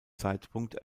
zeitpunkt